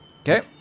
Okay